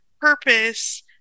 Purpose